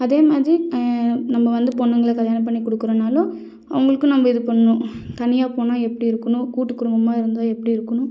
அதே மாதிரி நம்ம வந்து பொண்ணுங்களை கல்யாணம் பண்ணிக் கொடுக்குறோம்னாலும் அவங்களுக்கும் நம்ம இது பண்ணும் தனியாக போனால் எப்படி இருக்கணும் கூட்டு குடும்பமாக இருந்தால் எப்படி இருக்கணும்